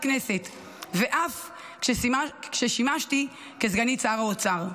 כנסת ואף כששימשתי כסגנית שר האוצר.